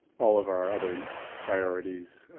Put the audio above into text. all of our other priorities,